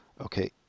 Okay